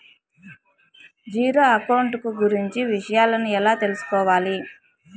Zero account కు గురించి విషయాలను ఎలా తెలుసుకోవాలి?